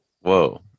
Whoa